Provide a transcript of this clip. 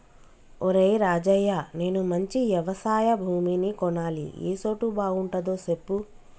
ఒరేయ్ రాజయ్య నేను మంచి యవశయ భూమిని కొనాలి ఏ సోటు బాగుంటదో సెప్పు